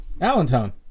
Allentown